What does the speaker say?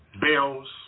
bills